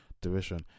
division